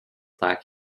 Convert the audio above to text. black